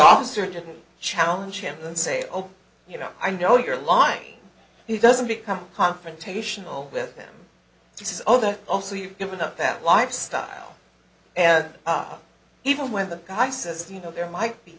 officer didn't challenge him and say ok you know i know you're lying he doesn't become confrontational with these other also you've given up that lifestyle and even when the guy says you know there might be